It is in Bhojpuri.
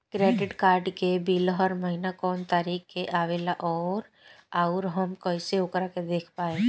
क्रेडिट कार्ड के बिल हर महीना कौना तारीक के आवेला और आउर हम कइसे ओकरा के देख पाएम?